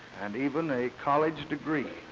and even a college degree